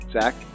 Zach